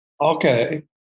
Okay